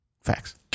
Facts